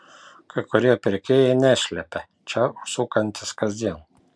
kai kurie pirkėjai neslepia čia užsukantys kasdien